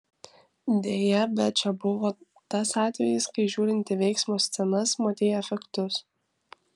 deja bet čia buvo tas atvejis kai žiūrint į veiksmo scenas matei efektus